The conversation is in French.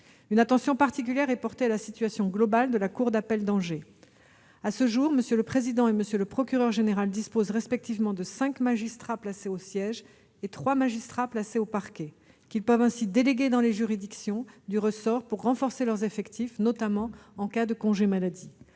Une attention particulière est portée à la situation globale de la cour d'appel d'Angers. Actuellement, M. le premier président et M. le procureur général disposent respectivement de 5 magistrats placés au siège et de 3 magistrats placés au parquet, qu'ils peuvent déléguer dans les juridictions du ressort pour renforcer leurs effectifs, notamment en cas de congés maladie.